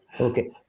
Okay